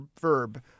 verb